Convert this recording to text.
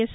yes